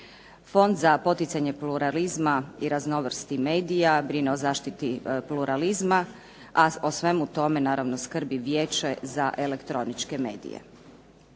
Fond za poticanje pluralizma i raznovrsnosti medija brine o zaštiti pluralizma, a o svemu tome skrbi Vijeće za elektroničke medije.